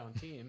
team